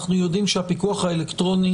אנחנו יודעים שהפיקוח האלקטרוני